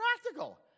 practical